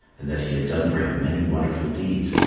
and that he had done for him many wonderful deeds.